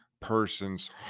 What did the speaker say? person's